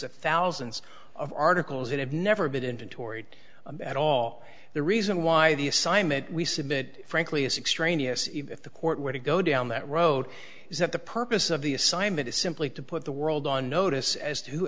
of thousands of articles that have never been tory at all the reason why the assignment we submit frankly is extraneous if the court were to go down that road is that the purpose of the assignment is simply to put the world on notice as